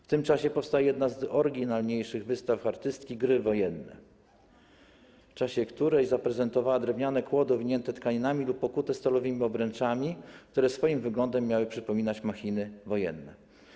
W tym czasie powstaje jedna z oryginalniejszych wystaw artystki „Gry wojenne”, w czasie której zaprezentowała drewniane kłody owinięte tkaninami lub pokute stalowymi obręczami, które swoim wyglądem miały przypominać machiny wojenne.